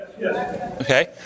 Okay